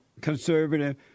conservative